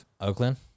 Oakland